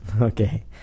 Okay